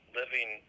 living